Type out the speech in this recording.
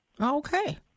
Okay